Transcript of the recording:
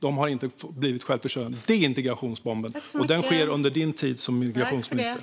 De har inte blivit självförsörjande. Det är integrationsbomben, och den sker under din tid som migrationsminister.